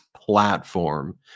platform